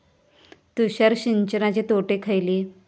तुषार सिंचनाचे तोटे खयले?